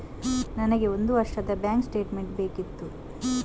ನನಗೆ ಒಂದು ವರ್ಷದ ಬ್ಯಾಂಕ್ ಸ್ಟೇಟ್ಮೆಂಟ್ ಬೇಕಿತ್ತು